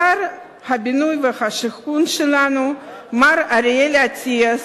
שר הבינוי והשיכון שלנו, מר אריאל אטיאס,